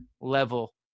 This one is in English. level